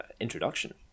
introduction